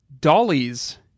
Dollies